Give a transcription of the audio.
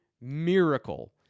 miracle